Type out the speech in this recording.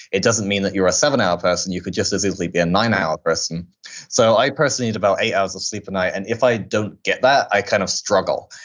it doesn't mean that you're a seven hour person, you could just as easily be a nine hour person so i personally need about eight hours of sleep a night. and if i don't get that, i kind of struggle.